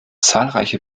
zahlreiche